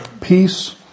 peace